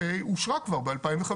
שאושרה כבר ב-2015,